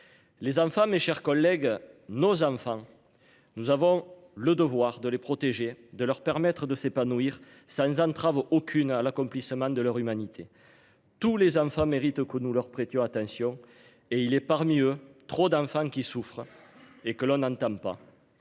Les enfants, mes chers collègues, nos enfants. Nous avons le devoir de les protéger de leur permettre de s'épanouir sans entrave aucune à l'accomplissement de leur humanité. Tous les enfants méritent que nous leur prêtions attention et il est parmi eux trop d'enfants qui souffrent et que l'eau n'entame pas.